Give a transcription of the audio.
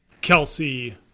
Kelsey